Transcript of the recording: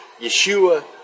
Yeshua